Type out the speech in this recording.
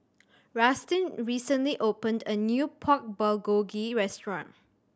Rustin recently opened a new Pork Bulgogi Restaurant